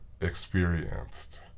experienced